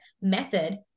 method